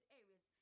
areas